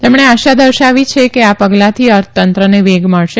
તેમણે આશા દર્શાવી કે આ ગાલાંથી અર્થતંત્રને વેગ મળશે